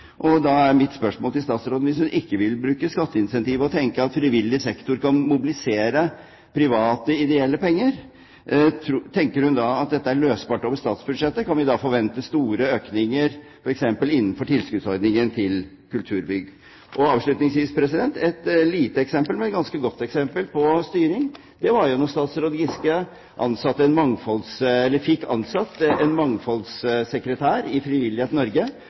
Og da er mitt spørsmål til stasråden: Hvis hun ikke vil bruke skatteincentivet og tenke at frivillig sektor kan mobilisere private ideelle penger, tenker hun da at dette er løsbart over statsbudsjettet? Kan vi da forvente store økninger f.eks. innenfor tilskuddsordningen til kulturbygg? Avslutningsvis: Et lite eksempel, men et ganske godt eksempel på styring var da statsråd Giske fikk ansatt en mangfoldssekretær i Frivillighet Norge